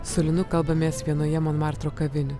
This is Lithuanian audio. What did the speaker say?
su linu kalbamės vienoje monmartro kavinių